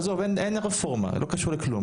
עזוב אין רפורמה לא קשור לכלום,